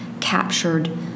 captured